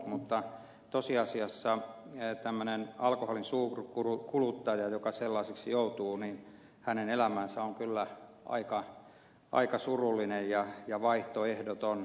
mutta tosiasiassa alkoholin suurkuluttajan joka sellaiseksi joutuu elämä on kyllä aika surullinen ja vaihtoehdoton